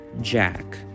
Jack